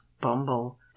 bumble